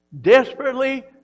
desperately